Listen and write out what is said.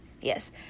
Yes